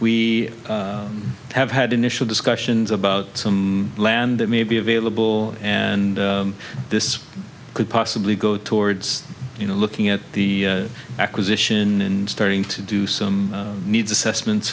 we have had initial discussions about some land that may be available and this could possibly go towards you know looking at the acquisition and starting to do some needs assessments